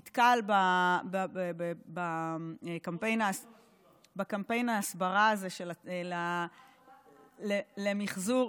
נתקל בקמפיין ההסברה הזה למחזור.